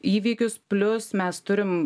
įvykius plius mes turim